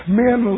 men